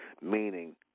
meaning